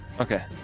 Okay